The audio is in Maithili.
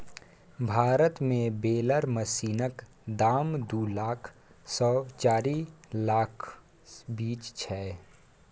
भारत मे बेलर मशीनक दाम दु लाख सँ चारि लाखक बीच छै